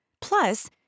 Plus